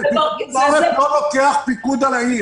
פיקוד העורף לא לוקח פיקוד על העיר.